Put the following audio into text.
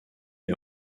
est